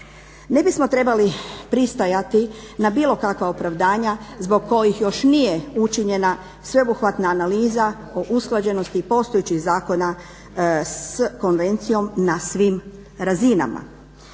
Ne bismo trebali pristajati na bilo kakva opravdanja zbog kojih još nije učinjena sveobuhvatna analiza o usklađenosti postojećih zakona s konvencijom na svim razinama.